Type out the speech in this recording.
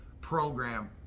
program